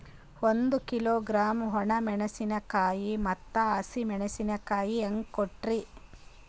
ಒಂದ ಕಿಲೋಗ್ರಾಂ, ಒಣ ಮೇಣಶೀಕಾಯಿ ಮತ್ತ ಹಸಿ ಮೇಣಶೀಕಾಯಿ ಹೆಂಗ ಕೊಟ್ರಿ?